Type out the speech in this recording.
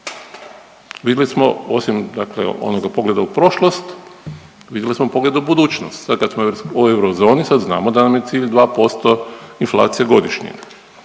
Vidli smo osim dakle onoga pogleda u prošlost, vidli smo pogled u budućnost, sad kad smo u Eurozoni sad znamo da nam je cilj 2% inflacije godišnje